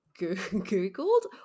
googled